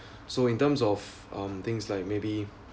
so in terms of um things like maybe